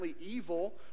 evil